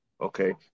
Okay